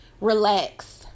relax